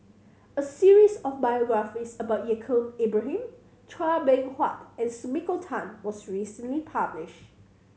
a series of biographies about Yaacob Ibrahim Chua Beng Huat and Sumiko Tan was recently published